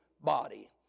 body